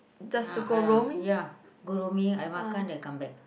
a'ah ya Goreng mee I makan then I come back